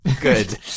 Good